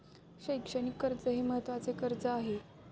शैक्षणिक कर्ज हे महत्त्वाचे कर्ज आहे